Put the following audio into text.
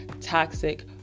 toxic